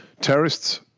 Terrorists